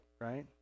right